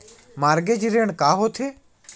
Mortgage ऋण का होथे?